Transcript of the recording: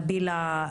נבילה,